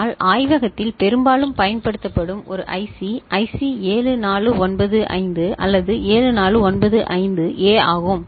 ஆனால் ஆய்வகத்தில் பெரும்பாலும் பயன்படுத்தப்படும் ஒரு ஐசி ஐசி 7495 அல்லது 7495 ஏ ஆகும்